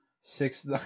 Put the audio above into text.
Six